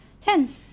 Ten